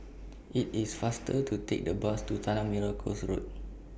IT IS faster to Take The Bus to Tanah Merah Coast Road